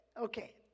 okay